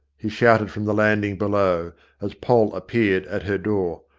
he shouted from the landing below as poll appeared at her door.